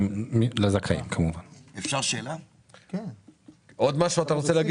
אסף, אתה רוצה להגיד עוד משהו?